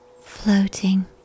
floating